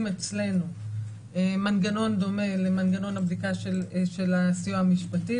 אצלנו מנגנון דומה למנגנון הבדיקה של הסיוע המשפטי,